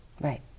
Right